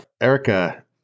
Erica